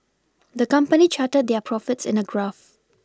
the company charted their profits in a graph